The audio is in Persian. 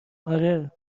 آره